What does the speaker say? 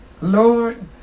Lord